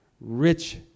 rich